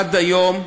עד היום,